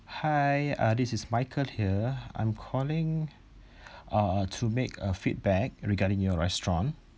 hi uh this is michael here I'm calling uh to make a feedback regarding your restaurant